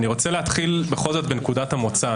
אני רוצה להתחיל בנקודת המוצא.